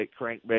crankbait